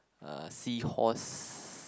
uh seahorse